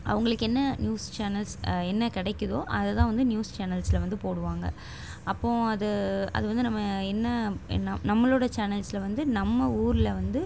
அவர்களுக்கு என்ன news channels என்ன கெடைக்கிதோ அதை தான் வந்து நியூஸ் சேனல்ஸில் வந்து போடுவாங்க அப்போதும் அது அது வந்து நம்ம என்ன என் நம் நம்மளோடய சேனல்ஸில் வந்து நம்ம ஊரில் வந்து